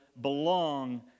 belong